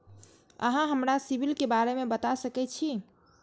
अहाँ हमरा सिबिल के बारे में बता सके छी?